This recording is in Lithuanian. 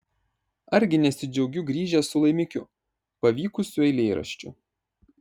argi nesidžiaugiu grįžęs su laimikiu pavykusiu eilėraščiu